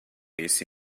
esse